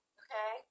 okay